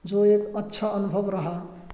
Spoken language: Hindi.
जो एक अच्छा अनुभव रहा